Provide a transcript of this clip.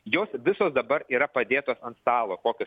jos visos dabar yra padėtos ant stalo kokios